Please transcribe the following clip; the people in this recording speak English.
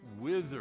wither